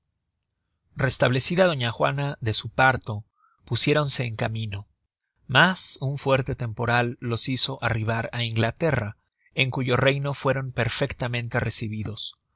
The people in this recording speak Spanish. restablecida doña juana de su parto pusiéronse en camino mas un fuerte temporal los hizo arribar á inglaterra en cuyo reino fueron perfectamente recibidos